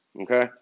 okay